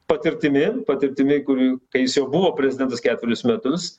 patirtimi patirtimi kur kai jis jau buvo prezidentas keturis metus